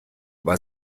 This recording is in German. was